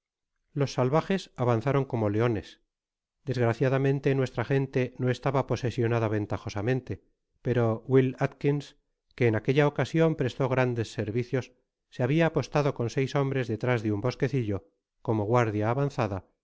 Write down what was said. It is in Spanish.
has salvajes avanzaron eomo leones desgraciadamente nuestra gente no estaba posesionada ventajosamente perb will atkins que en aquella ocasion prestó grandes ser vi cios se habia apostado eon seis hombres detrás de un bosquecillo como guardia avanzada